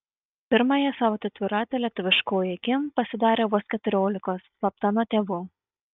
pirmąją savo tatuiruotę lietuviškoji kim pasidarė vos keturiolikos slapta nuo tėvų